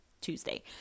Tuesday